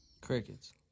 Crickets